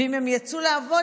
ואם הם יצאו לעבוד,